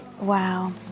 Wow